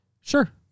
Sure